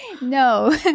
No